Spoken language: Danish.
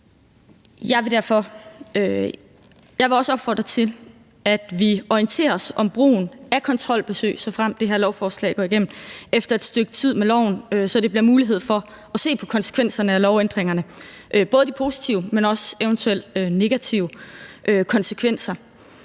Jeg vil også opfordre til, at vi orienterer os om brugen af kontrolbesøg, såfremt det her lovforslag går igennem, efter et stykke tid med loven, så der bliver mulighed for at se på konsekvenserne af lovændringerne, både de positive, men også eventuelt negative konsekvenser.